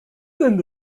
sind